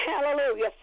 Hallelujah